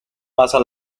pasa